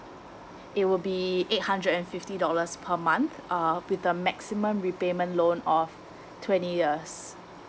it will be eight hundred and fifty dollars per month uh with a maximum repayment loan of twenty years